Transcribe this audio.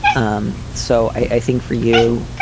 um so i think for you